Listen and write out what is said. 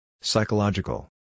Psychological